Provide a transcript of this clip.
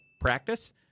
practice